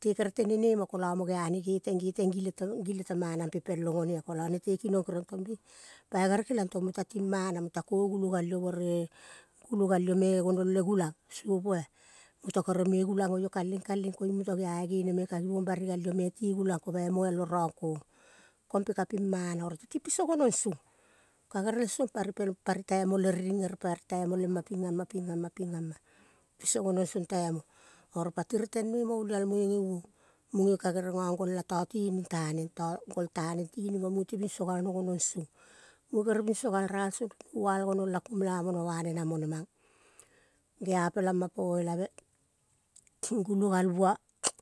Te kere tene nemo kola mo geane geteng, geteng gile te gile te mana mpe pelong onea. Kola nete kinong keriong tong bue pae gerel keliong tong muta timana mutako gulo gal io buere gulo gal io me gonong le gulong, sopoa. Muta kere me gulang oio kaleng, kaleng koiung muta gea io geneme ka givong bari gal io me ti gulong ko bai moialorang kong. Kompe kapim mana. Oro teti piso gonong song. Ka gerel song pari pel, pari taimo le riring ere pari taimo le ma pingama, pingama, pingama. Piso gonong song taimo. Oro pati reteng noi mo olialmoi ngeveng munge ka gere ngang gol a tatining taneng gol ta neng tiring mo mueti binso galno gonong song. Mue kere binso gal ral sung ri noval gonung laku melamuna va nenang mo nenang geapela ma po elave gulo gal bua.